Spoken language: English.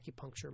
acupuncture